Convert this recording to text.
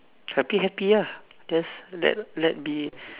happy happy ah just let let be